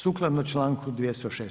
Sukladno članku 206.